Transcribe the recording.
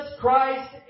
Christ